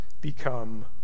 become